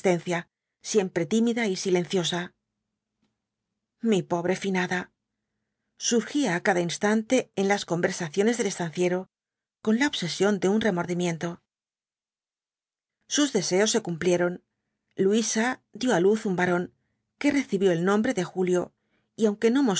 siempre tímida y silenciosa mi pobre finada surgía á cada instante en las conversaciones del estanciero con la obsesión de un remordimiento sus deseos se cumplieron luisa dio á luz un varón que recibió el nombre de julio y aunque no